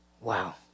Wow